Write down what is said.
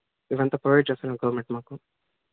ఇవి అంతా ప్రొవైడ్ చేస్తున్నారు గవర్నమెంట్ మాకు